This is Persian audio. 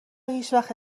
هیچوقت